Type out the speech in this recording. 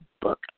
book